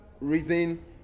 reason